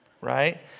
right